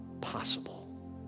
possible